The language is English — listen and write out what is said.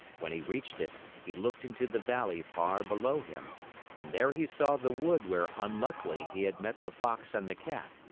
when he reached it, he looked into the valley far below him and there he saw the wood where unluckily he had met the fox and the cat,